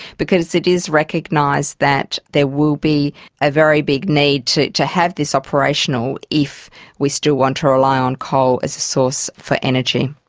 because it is recognised that there will be a very big need to to have this operational if we still want to rely on coal as source for energy.